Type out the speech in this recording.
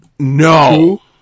No